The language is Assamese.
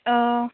অঁ